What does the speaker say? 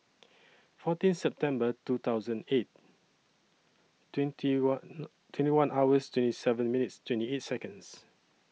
fourteen September two thousand eight twenty one twenty one hours twenty seven minutes twenty eight Seconds